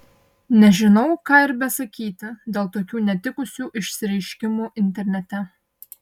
nežinau ką ir besakyti dėl tokių netikusių išsireiškimų internete